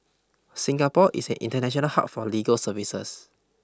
Singapore is an international hub for legal services